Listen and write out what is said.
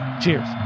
Cheers